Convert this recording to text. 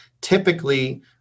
Typically